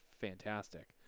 fantastic